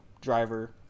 driver